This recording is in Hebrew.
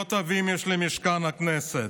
קירות עבים יש למשכן הכנסת,